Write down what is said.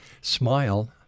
smile